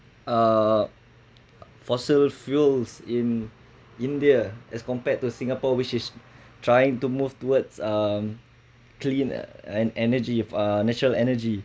uh fossil fuels in india as compared to singapore which is trying to move towards um clean and energy uh natural energy